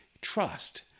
trust